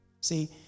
See